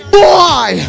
Boy